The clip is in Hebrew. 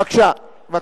בבקשה.